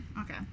okay